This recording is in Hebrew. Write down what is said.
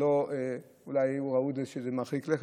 ואולי ראו שזה מרחיק לכת,